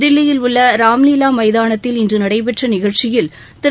தில்லியில் உள்ள ராம்லீலா மைதானத்தில் இன்று நடைபெற்ற நிகழ்ச்சியில் திரு